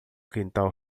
quintal